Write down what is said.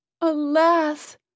Alas